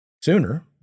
sooner